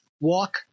walk